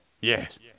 Yes